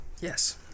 Yes